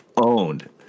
owned